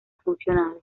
funcionado